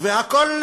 והכול,